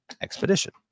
expedition